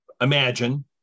Imagine